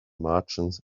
martians